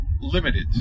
limited